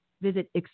Visit